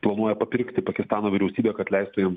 planuoja papirkti pakistano vyriausybę kad leistų jiems